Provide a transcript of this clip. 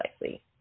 likely